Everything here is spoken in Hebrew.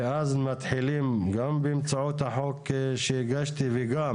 ואז מתחילים גם באמצעות החוק שהגשתי וגם